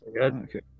Okay